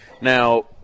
Now